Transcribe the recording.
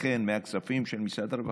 לכן, מהכספים של משרד הרווחה,